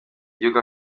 igihugu